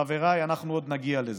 חבריי, אנחנו עוד נגיע לזה,